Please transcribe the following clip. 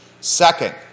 Second